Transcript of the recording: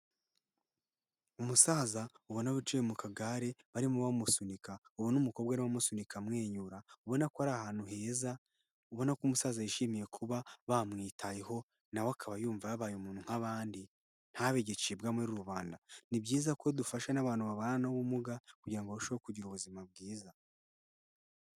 Umusaza ubona wicaye mu kagare barimo bamusunika, ubona umukobwa ari we umusunika amwenyura, ubona ko ari ahantu heza, ubona ko umusaza yishimiye kuba bamwitayeho nawe akaba yumva yabaye umuntu nk'abandi ntabe gicibwa muri rubanda. Ni byiza ko dufasha n'abantu babana n'ubumuga kugira ngo barusheho kugira ubuzima bwiza.